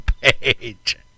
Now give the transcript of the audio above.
page